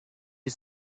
you